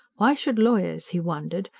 why should lawyers, he wondered,